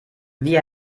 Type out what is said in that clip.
wie